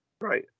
Right